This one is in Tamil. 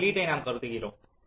இந்த உள்ளீட்டை நாம் கருதுகிறோம்